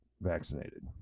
vaccinated